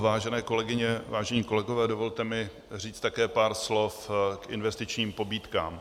Vážené kolegyně, vážení kolegové, dovolte mi říct také pár slov k investičním pobídkám.